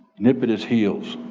nip at his heels,